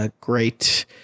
great